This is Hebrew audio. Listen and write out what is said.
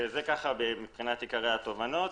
אלה עיקרי התובנות.